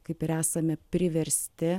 kaip ir esame priversti